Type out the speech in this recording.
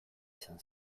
izan